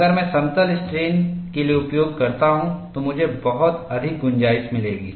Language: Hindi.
अगर मैं समतल स्ट्रेन के लिए उपयोग करता हूं तो मुझे बहुत अधिक गुंजाइश मिलेगी